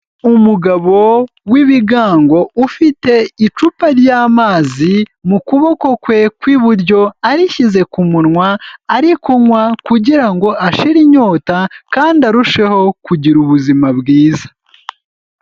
Umugabo w'ibigango, ufite icupa ry'amazi mu kuboko kwe kw'iburyo, arishyize ku munwa, ari kunywa kugira ngo ashire inyota kandi arusheho kugira ubuzima bwiza.